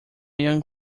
young